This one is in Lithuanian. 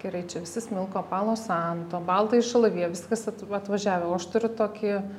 gerai čia visi smilko palo santo baltąjį šalaviją viskas at atvažiavę o aš turiu tokį